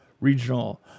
regional